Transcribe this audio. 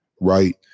right